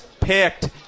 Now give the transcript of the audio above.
picked